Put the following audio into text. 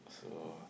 so